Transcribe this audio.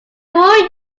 were